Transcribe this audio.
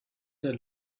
der